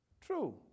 true